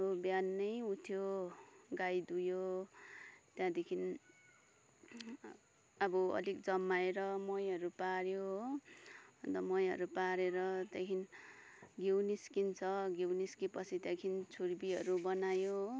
अब बिहान नै उठ्यो गाई दुयो त्यहाँदेखि अब अलिक जमाएर महीहरू पाऱ्यो हो अन्त महीहरू पारेर त्यहाँदेखि घिउ निस्किन्छ घिउ निस्केपछि त्यहाँदेखि छुर्पीहरू बनायो हो